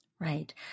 Right